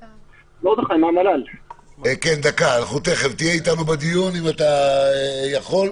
תיכף, תהיה אתנו בדיון, אם אתה יכול.